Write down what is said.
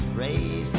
raised